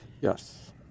Yes